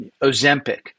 Ozempic